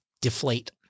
deflate